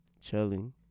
Chilling